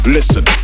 Listen